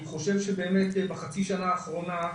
אני חושב שבאמת בחצי שנה האחרונה,